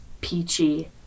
Peachy